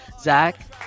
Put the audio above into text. Zach